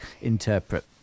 interpret